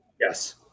Yes